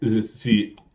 see